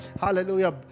Hallelujah